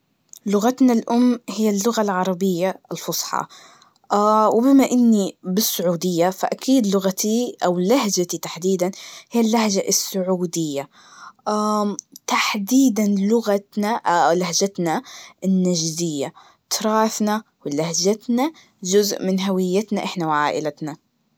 لغتنا الأم هي اللغة العربية الفصحى, وبم إني بالسعودية, لغتي أو لهجتي تحديداً, هي اللهجة السعودية, تحديداً لغتنا- لهجتنا النجدية, تراثنا ولهجتنا, جزء من هويتنا إحنا وعائلتنا.